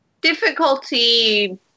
Difficulty